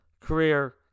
career